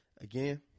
again